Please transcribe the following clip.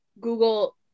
Google